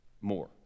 more